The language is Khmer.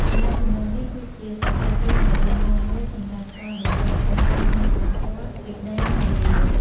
ទំនាក់ទំនងនេះគឺជាសសរទ្រូងដ៏រឹងមាំមួយសម្រាប់ការបន្តគង់វង្សនៃព្រះធម៌វិន័យនៅលើលោក។